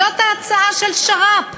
זאת ההצעה של שר"פ.